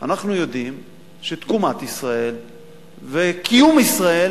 אנחנו יודעים שתקומת ישראל וקיום ישראל